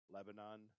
Lebanon